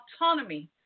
autonomy